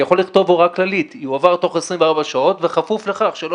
אני יכול לכתוב הוראה כללי: יועבר תוך 24 שעות בכפוף לכך שלא